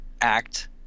act